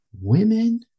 Women